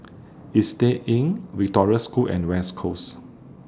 Istay Inn Victoria School and West Coast